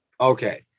Okay